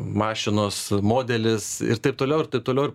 mašinos modelis ir taip toliau ir taip toliau ir